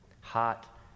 hot